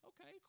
Okay